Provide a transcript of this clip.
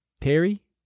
Terry